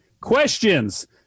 questions